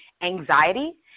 anxiety